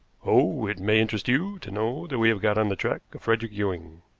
oh, it may interest you to know that we have got on the track of frederick ewing,